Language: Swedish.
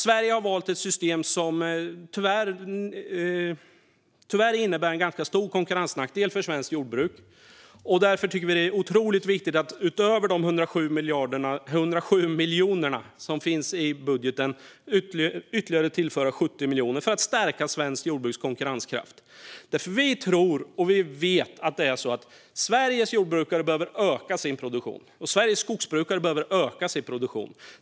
Sverige har valt ett system som tyvärr innebär en ganska stor konkurrensnackdel för svenskt jordbruk, och därför tycker vi att det är otroligt viktigt att utöver de 107 miljoner som finns i budgeten tillföra ytterligare 70 miljoner för att stärka det svenska jordbrukets konkurrenskraft. Vi tror och vet att Sveriges jordbrukare och skogsbrukare behöver öka sin produktion.